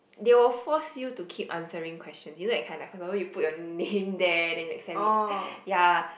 they will force you to keep answering question you know that kind right for example you put your name there then like send it ya